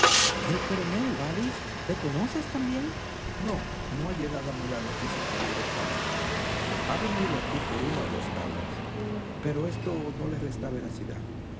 el coronel wallis le conoces también no no ha llegado a mí la noticia tan directamente ha venido por una o dos tablas pero esto no le resta veracidad